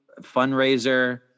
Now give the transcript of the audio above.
fundraiser